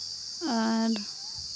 ᱟᱨ